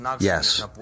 Yes